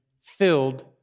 filled